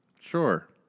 Sure